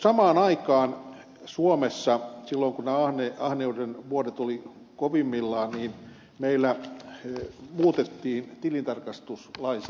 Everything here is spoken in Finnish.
samaan aikaan suomessa silloin kun nämä ahneuden vuodet olivat kovimmillaan meillä muutettiin tilintarkastuslainsäädäntöä